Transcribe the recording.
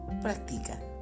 Practica